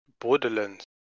Borderlands